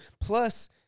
Plus